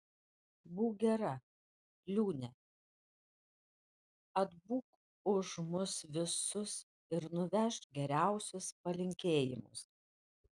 būk gera liūne atbūk už mus visus ir nuvežk geriausius palinkėjimus